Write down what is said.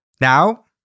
Now